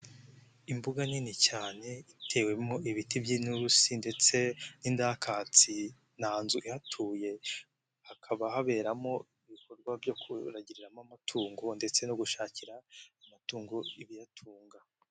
Imbuga nini cyane itewemo ibiti by'inturusi ndetse n'indakatsi, nta nzu ihatuye hakaba haberamo ibikorwa byo kuragiriramo amatungo ndetse no gushakira amatungo ibiyatunga.